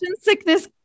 sickness